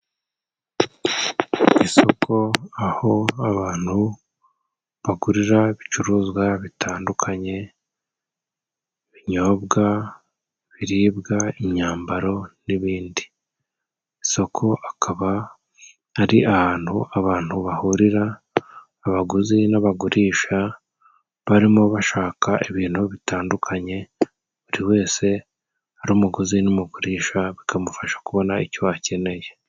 Isoko aho abantu bagurira ibicuruzwa bitandukanye, ibinyobwa, ibiribwa, imyambaro n'ibindi. Isoko akaba ari ahantu abantu bahurira abaguzi n'abagurisha barimo bashaka ibintu bitandukanye, buri wese ari umuguzi n'umugurisha bikamufasha kubona icyo akeneye.